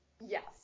Yes